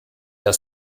der